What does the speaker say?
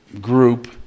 group